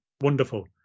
wonderful